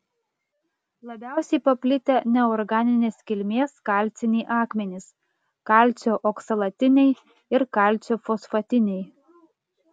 labiausiai paplitę neorganinės kilmės kalciniai akmenys kalcio oksalatiniai ir kalcio fosfatiniai